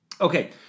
Okay